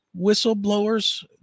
whistleblowers